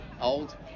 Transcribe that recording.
Old